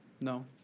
No